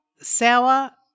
sour